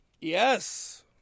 Yes